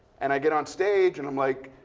and i get on stage and i'm like